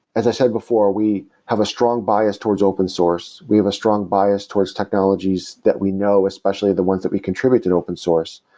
as i said before, we have a strong bias towards open source. we have a strong bias towards technologies that we know, especially the ones that we contribute in open source.